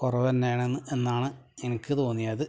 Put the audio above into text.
കുറവെന്നാണെന്ന് എന്നാണ് എനിക്ക് തോന്നിയത്